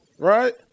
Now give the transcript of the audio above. right